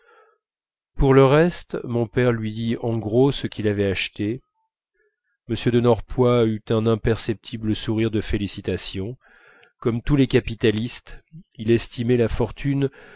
pour le reste mon père lui dit en gros ce qu'il avait acheté m de norpois eut un imperceptible sourire de félicitations comme tous les capitalistes il estimait la fortune